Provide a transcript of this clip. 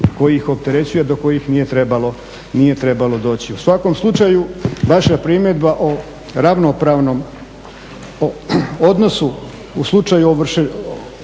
koji ih opterećuju, a do kojih nije trebalo doći. U svakom slučaju vaša primjedba o ravnopravnom odnosu u slučaju ovrha